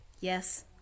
Yes